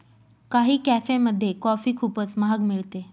काही कॅफेमध्ये कॉफी खूपच महाग मिळते